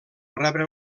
rebre